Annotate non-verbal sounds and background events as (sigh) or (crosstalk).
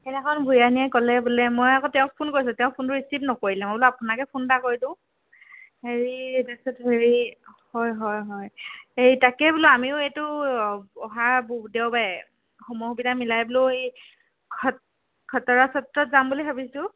সেইদিনাখন ভূঞানীয়ে ক'লে বোলে মই আকৌ তেওঁক ফোন কৰিছিলোঁ তেওঁ আকৌ ফোনটো ৰিছিভ নকৰিলে মই বোলো আপোনাকে ফোন এটা কৰি দিওঁ হেৰি তাৰ পিছত হেৰি হয় হয় হয় হেৰি তাকে বোলো আমিও এইটো অহা দেওবাৰে সময় সুবিধা মিলাই বোলো এই (unintelligible) খটৰা সত্ৰত যাম বুলি ভাবিছোঁ